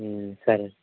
సరే